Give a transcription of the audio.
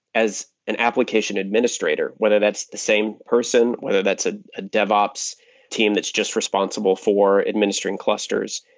as an application administrator, whether that's the same person, whether that's ah a devops team that's just responsible for administering clusters,